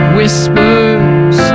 Whispers